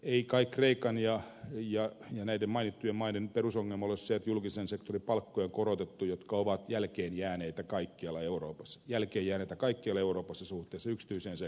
ei kai kreikan ja näiden mainittujen maiden perusongelma ole se että on korotettu julkisen sektorin palkkoja jotka ovat jälkeen jääneitä kaikkialla euroopassa suhteessa yksityiseen sektoriin